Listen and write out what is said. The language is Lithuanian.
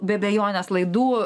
be abejonės laidų